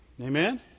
Amen